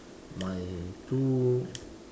my two